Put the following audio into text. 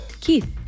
Keith